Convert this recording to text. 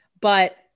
but-